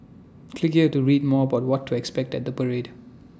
click here to read more about what to expect at the parade